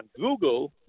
Google